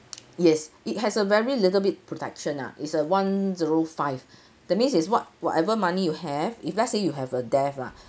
yes it has a very little bit protection ah is a one zero five that means is what whatever money you have if let's say you have a death ah